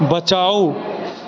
बचाउ